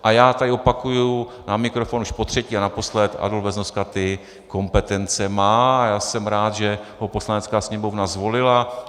A já tady opakuji na mikrofon už potřetí a naposled: Adolf Beznoska ty kompetence má, já jsem rád, že ho Poslanecká sněmovna zvolila.